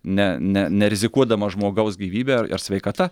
ne ne nerizikuodamas žmogaus gyvybe ir sveikata